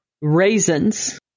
Raisins